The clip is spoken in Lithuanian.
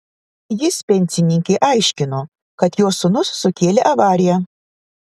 jis pensininkei aiškino kad jos sūnus sukėlė avariją